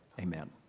Amen